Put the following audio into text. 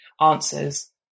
answers